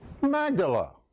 magdala